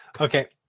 Okay